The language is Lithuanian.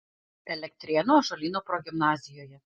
elektrėnų ąžuolyno progimnazijoje